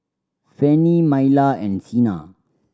Fanny Myla and Cena